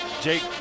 Jake